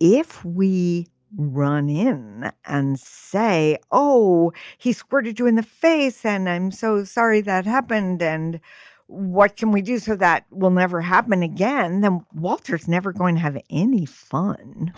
if we run in and say oh he squirted you in the face and i'm so sorry that happened and what can we do so that will never happen again. walter it's never going to have any fun